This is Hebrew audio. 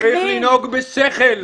צריך לנהוג בשכל.